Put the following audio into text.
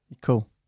Cool